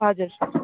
हजुर